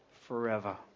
forever